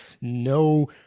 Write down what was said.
no